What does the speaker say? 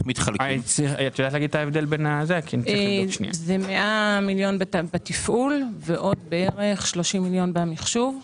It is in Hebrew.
זה 100 מיליון בתפעול ועוד כ-30 מיליון במחשוב.